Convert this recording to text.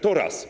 To raz.